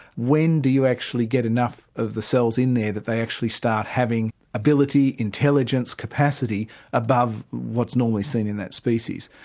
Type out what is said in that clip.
when do you actually get enough of the cells in there that they actually start having ability, intelligence, capacity above what's normally seen in that species?